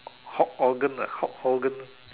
Hulk Hogan that Hulk Hogan